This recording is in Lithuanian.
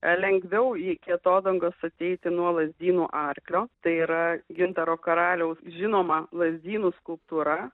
lengviau jį atodangos ateiti nuo lazdynų arklio tai yra gintaro karaliaus žinoma lazdynų skulptūra